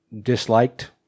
disliked